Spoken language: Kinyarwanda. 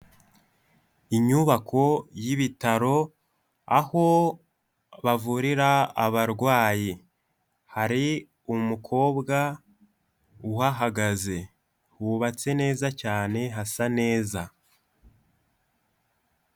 Inyubako y'ibitaro aho bavurira abarwayi, hari umukobwa uhahagaze wubatse neza cyane hasa neza.